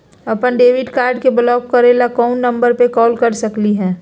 अपन debit card के block करे ला कौन नंबर पे कॉल कर सकली हई?